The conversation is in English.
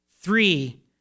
three